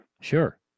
Sure